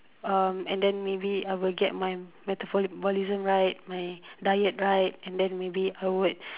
um and then maybe I'll get my my metabolism right my diet right and then maybe I would